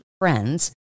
friends